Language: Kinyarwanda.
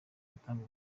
gutanga